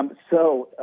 um so,